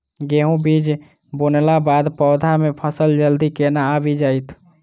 गेंहूँ बीज बुनला बाद पौधा मे फसल जल्दी केना आबि जाइत?